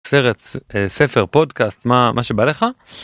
סרט, ספר, פודקאסט, מה מה שבא לך.